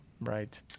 right